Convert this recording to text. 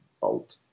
Bolt